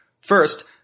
First